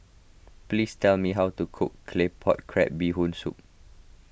please tell me how to cook Claypot Crab Bee Hoon Soup